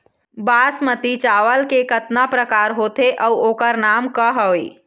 बासमती चावल के कतना प्रकार होथे अउ ओकर नाम क हवे?